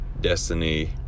destiny